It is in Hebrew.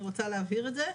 אני רוצה להבהיר את זה.